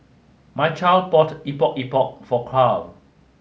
Mychal bought Epok Epok for Carl